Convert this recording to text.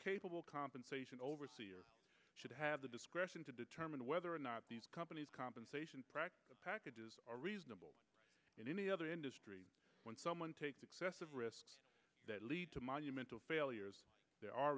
capable compensation overseer should have the discretion to determine whether or not these companies compensation packages are reasonable in any other industry when someone takes excessive risks that lead to monumental failures there are